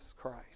Christ